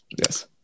yes